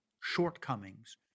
shortcomings